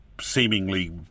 seemingly